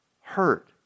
hurt